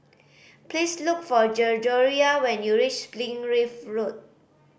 please look for Gregoria when you reach Springleaf Road